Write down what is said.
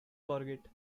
courgette